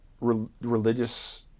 religious